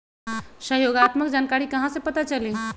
सहयोगात्मक जानकारी कहा से पता चली?